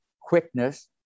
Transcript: quickness